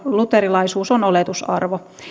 luterilaisuus on oletusarvo